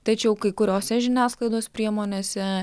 tačiau kai kuriose žiniasklaidos priemonėse